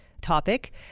topic